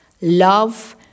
Love